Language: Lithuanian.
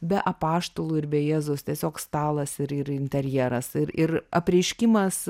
be apaštalų ir be jėzaus tiesiog stalas ir interjeras ir ir apreiškimas